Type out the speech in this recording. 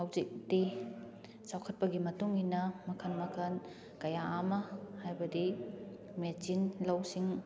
ꯍꯧꯖꯤꯛꯇꯤ ꯆꯥꯎꯈꯠꯄꯒꯤ ꯃꯇꯨꯡꯏꯟꯅ ꯃꯈꯟ ꯃꯈꯟ ꯀꯌꯥ ꯑꯃ ꯍꯥꯏꯕꯗꯤ ꯃꯦꯆꯤꯟ ꯂꯧꯁꯤꯡ